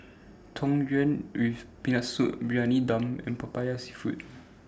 Tang Yuen with Peanut Soup Briyani Dum and Popiah Seafood